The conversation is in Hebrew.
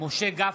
משה גפני,